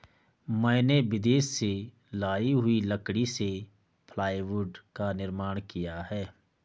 मैंने विदेश से लाई हुई लकड़ी से प्लाईवुड का निर्माण किया है